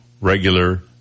regular